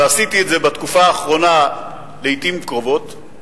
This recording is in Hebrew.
ועשיתי את זה בתקופה האחרונה לעתים קרובות,